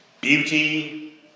beauty